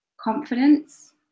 confidence